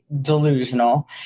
Delusional